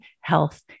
health